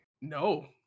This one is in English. No